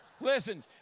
Listen